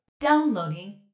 Downloading